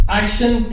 action